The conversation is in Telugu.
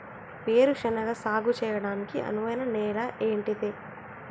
వేరు శనగ సాగు చేయడానికి అనువైన నేల ఏంటిది?